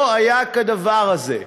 לא היה כדבר הזה.